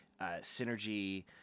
synergy